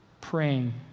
praying